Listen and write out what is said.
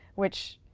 which,